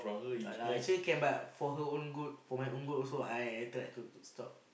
ah lah actually can but for her own good for my own good also I feel like I need to stop